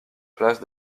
place